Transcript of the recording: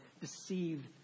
deceived